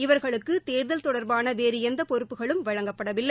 இவர்களுக்கு தேர்தல் தொடர்பான வேறு எந்த பொறுப்புகளும் வழங்கப்படவில்லை